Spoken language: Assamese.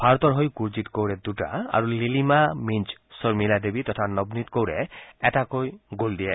ভাৰতৰ হৈ গুৰজিৎ কৌৰে দূটা আৰু লিলিমা মীন্ছ চৰ্মিলা দেৱী তথা নৱনীত কৌৰে এটাকৈ গল দিয়ে